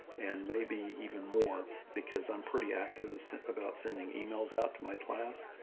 and maybe even more, because i'm pretty active about sending emails out to my class.